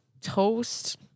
toast